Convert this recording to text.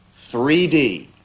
3D